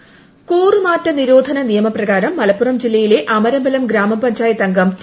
അയോഗ്യനാക്കി കൂറുമാറ്റ നിരോധന നിയമ പ്രകാരം മലപ്പുറം ജില്ലയിലെ അമരമ്പലം ഗ്രാമപഞ്ചായത്ത് അംഗം ടി